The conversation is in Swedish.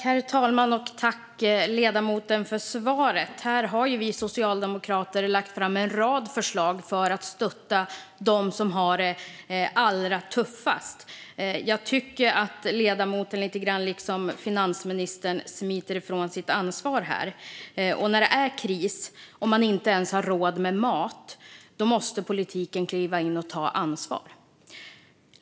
Herr talman! Jag tackar ledamoten för svaret. Vi socialdemokrater har lagt fram en rad förslag för att stötta dem som har det allra tuffast. Jag tycker att ledamoten precis som finansministern smiter lite grann ifrån sitt ansvar här. När det är kris och människor inte ens har råd med mat måste politiken kliva in och ta ansvar.